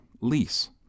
Lease